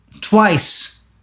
twice